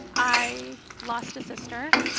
i lost a sister.